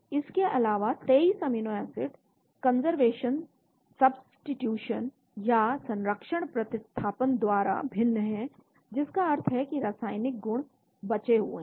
इसके अलावा 23 amino acid conservation substitution या संरक्षण प्रतिस्थापन द्वारा भिन्न हैं जिसका अर्थ है कि रासायनिक गुण बचे हुए हैं